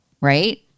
right